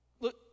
Look